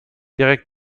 direkt